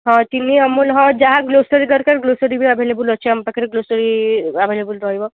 ହଁ ଚିନି ଅମୁଲ୍ ହଁ ଯାହା ଗ୍ରୋସରୀ ଦରକାର ଗ୍ରୋସରୀ ବି ଆଭେଲେବଲ୍ ଅଛି ଆମ ପାଖରେ ଗ୍ରୋସରୀ ବି ରହିବ